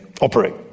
operate